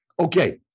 Okay